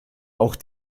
auch